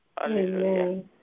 Hallelujah